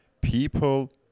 people